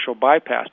bypass